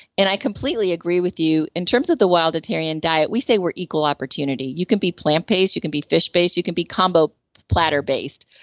and i completely agree with you. in terms of the wildatarian diet, we say we're equal opportunity. you can be plant based, you can be fish based, you can be combo platter based.